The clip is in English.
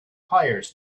hires